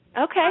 Okay